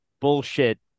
bullshit